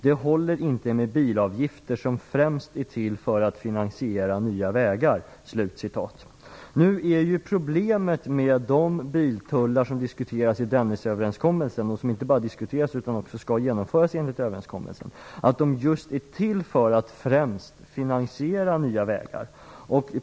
Det håller inte med bilavgifter som främst är till för att finansiera nya vägar. Nu är ju problemet med de biltullar som inte bara diskuteras i Dennisöverenskommelsen utan som också skall genomföras enligt överenskommelsen att de just är till för att främst finansiera nya vägar.